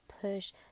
push